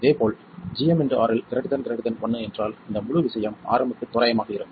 இதேபோல் gmRL1 என்றால் இந்த முழு விஷயம் Rm க்கு தோராயமாக இருக்கும்